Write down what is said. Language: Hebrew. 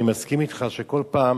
אני מסכים אתך שכל פעם